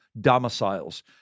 domiciles